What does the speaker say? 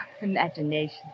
imagination